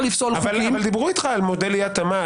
לפסול חוקים- -- אבל דיברו איתך על מודלאי התאמה,